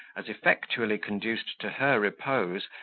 as effectually conduced to her repose,